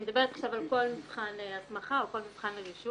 אני מדברת עכשיו על כל מבחן הסמכה או על כל מבחן רישוי,